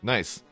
Nice